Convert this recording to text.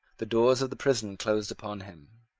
the doors of the prison closed upon him.